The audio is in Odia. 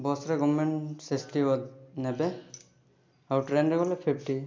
ବସ୍ରେ ଗଭର୍ଣ୍ଣମେଣ୍ଟ ସିକ୍ସଟି ନେବେ ଆଉ ଟ୍ରେନ୍ରେ ଗଲେ ଫିପ୍ଟି